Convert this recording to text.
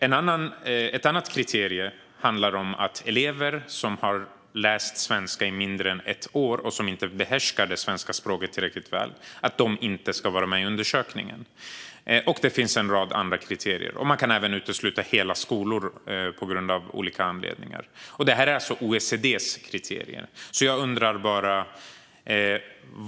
Ett annat kriterium handlar om att elever som har läst svenska i mindre än ett år och som inte behärskar svenska språket tillräckligt väl inte ska vara med i undersökningen. Och det finns en rad andra kriterier. Det går även att utesluta hela skolor av olika anledningar. Detta är alltså OECD:s kriterier.